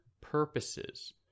purposes